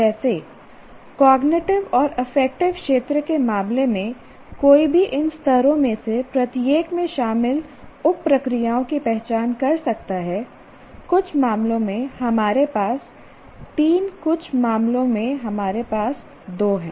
जैसे कॉग्निटिव और अफेक्टिव क्षेत्र के मामले में कोई भी इन स्तरों में से प्रत्येक में शामिल उप प्रक्रियाओं की पहचान कर सकता है कुछ मामलों में हमारे पास तीन कुछ मामलों में हमारे पास दो हैं